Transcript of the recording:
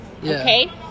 okay